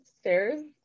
stairs